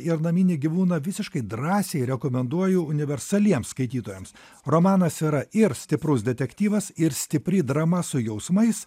ir naminį gyvūną visiškai drąsiai rekomenduoju universaliems skaitytojams romanas yra ir stiprus detektyvas ir stipri drama su jausmais